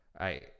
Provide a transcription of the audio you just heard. I-